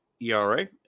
ERA